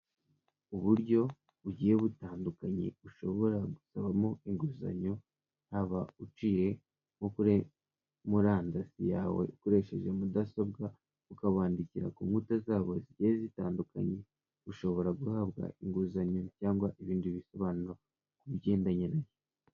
Uburyo bugiye butandukanye ushobora gusabamo inguzanyo, haba uciye nko kuri murandasi yawe ukoresheje mudasobwa, ukabandikira ku nkuta zabo zigiye zitandukanye, ushobora guhabwa inguzanyo cyangwa ibindi bisobanuro ku bigendanye na yo.